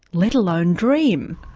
let alone dream.